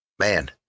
Man